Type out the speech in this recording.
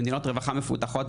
במדינות רווחה מפותחות,